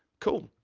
cool.